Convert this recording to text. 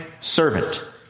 servant